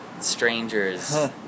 strangers